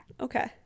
okay